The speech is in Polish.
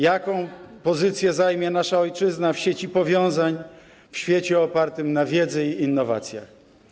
Jaką pozycję zajmie nasza ojczyzna w sieci powiązań, w świecie opartym na wiedzy i innowacjach?